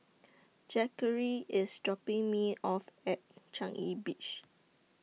Zackary IS dropping Me off At Changi Beach